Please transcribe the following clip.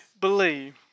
believe